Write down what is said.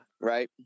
right